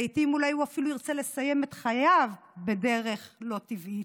לעיתים אולי הוא אפילו ירצה לסיים את חייו בדרך לא טבעית.